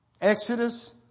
Exodus